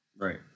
Right